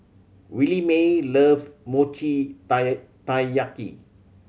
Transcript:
Williemae loves mochi taiyaki